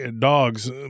dogs